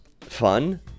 fun